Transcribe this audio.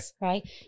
right